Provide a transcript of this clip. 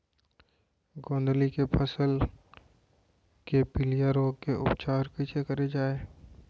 गोंदली के फसल के पिलिया रोग के उपचार कइसे करे जाये?